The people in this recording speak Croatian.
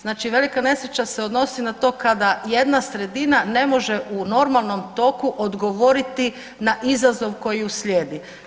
Znači velika nesreća se odnosi na to kada jedna sredina ne može u normalnom toku odgovoriti na izazov koji uslijedi.